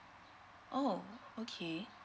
oh okay